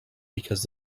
because